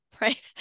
Right